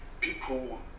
people